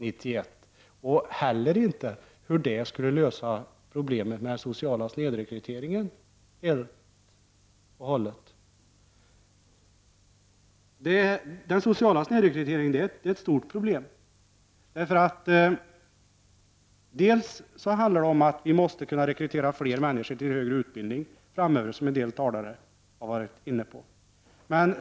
Jag förstår heller inte hur det skulle lösa problemet med den sociala snedrekryteringen helt och hållet. Den sociala snedrekryteringen är ett stort problem. Dels handlar det om att vi måste kunna rekrytera fler människor till högre utbildning framöver, som en del talare har varit inne på.